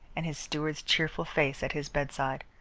and his steward's cheerful face at his bedside.